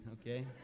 okay